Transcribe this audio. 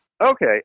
Okay